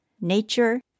nature